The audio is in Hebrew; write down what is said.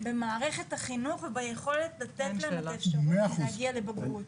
במערכת החינוך וביכולת לתת להם את האפשרות להגיע לבגרות.